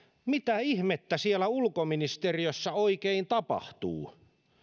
mitä ihmettä siellä ulkoministeriössä oikein tapahtuu